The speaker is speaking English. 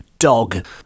dog